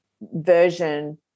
version